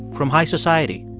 from high society.